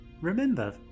Remember